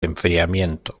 enfriamiento